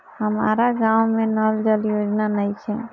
हमारा गाँव मे नल जल योजना नइखे?